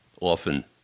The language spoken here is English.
often